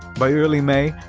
by early may,